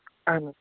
اَہَن حظ